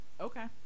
Okay